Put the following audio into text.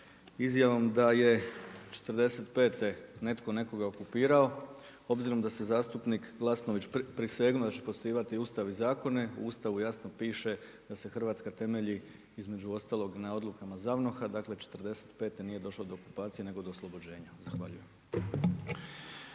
izjavom da je '45. netko nekoga okupirao, obzirom da je zastupnik Glasnović prisegnuo da će poštovati Ustav i zakone, u Ustavu jasno piše da se Hrvatska temelji između ostalog na odlukama ZAVNOH-a, dakle '45. nije došlo do okupacije nego do oslobođenja. Zahvaljujem.